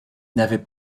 n’avait